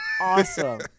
Awesome